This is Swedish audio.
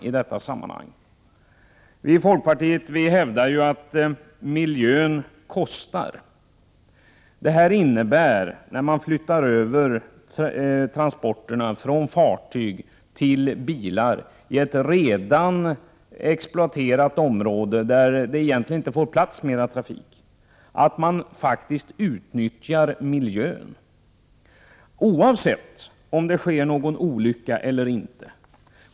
Vi i folkpartiet hävdar att miljön kostar. När man flyttar över transporterna från fartyg till bilar i ett redan exploaterat område, där det egentligen inte får plats mer trafik, innebär det att man faktiskt utnyttjar miljön, oavsett om det sker någon olycka eller inte.